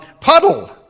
Puddle